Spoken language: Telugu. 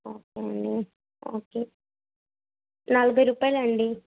ఓకే అండి ఓకే నలభై రుపాయలాండి